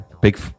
Big